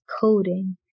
coding